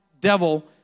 devil